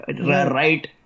right